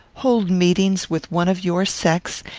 hold meetings with one of your sex,